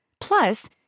Plus